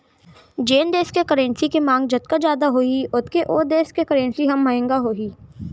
जेन देस के करेंसी के मांग जतका जादा होही ओतके ओ देस के करेंसी ह महंगा होही